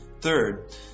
Third